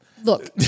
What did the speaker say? Look